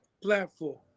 platform